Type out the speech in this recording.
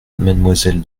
mademoiselle